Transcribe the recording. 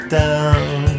down